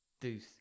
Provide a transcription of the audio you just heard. deuce